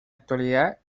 actualidad